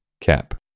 Cap